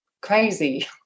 crazy